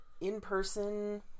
in-person